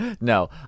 No